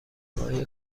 های